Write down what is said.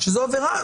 שזו עבירה,